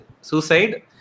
suicide